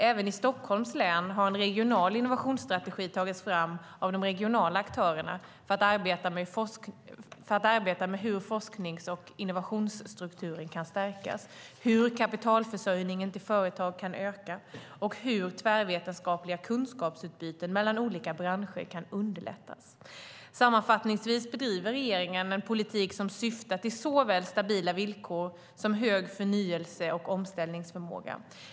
Även i Stockholms län har en regional innovationsstrategi tagits fram av de regionala aktörerna för att arbeta med hur forsknings och innovationsstrukturen kan stärkas, hur kapitalförsörjningen till företag kan öka och hur tvärvetenskapliga kunskapsutbyten mellan olika branscher kan underlättas. Sammanfattningsvis bedriver regeringen en politik som syftar till såväl stabila villkor som hög förnyelse och omställningsförmåga.